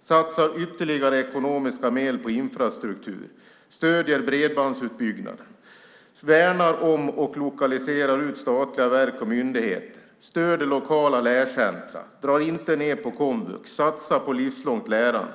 satsar ytterligare ekonomiska medel på infrastruktur, stöder bredbandsutbyggnaden, värnar om och lokaliserar ut statliga verk och myndigheter, stöder lokala lärcentra, inte drar ned på komvux och satsar på livslångt lärande.